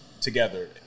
together